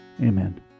Amen